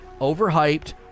overhyped